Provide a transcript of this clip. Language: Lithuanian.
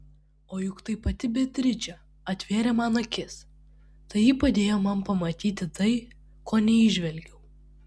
o juk tai pati beatričė atvėrė man akis tai ji padėjo man pamatyti tai ko neįžvelgiau